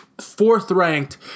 fourth-ranked